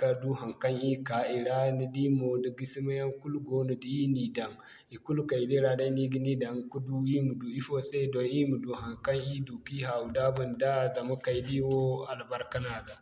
ka du haŋkaŋ ir ka i ra ni di mo, gisima haŋ kulu goono da ir na i daŋ ikulu kaydiya ra day no ir ga ni daŋ, ka du ir ma du ifo se doŋ ir ma du haŋkaŋ ir du ka ir haawu-daabu nda zama kaydiya wo albarka no a ga.